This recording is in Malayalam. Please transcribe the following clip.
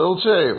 തീർച്ചയായും